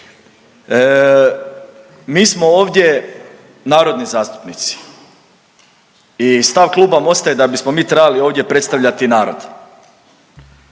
Mi smo ovdje narodni zastupnici i stav kluba Mosta je da bismo mi trebali ovdje predstavljati narod.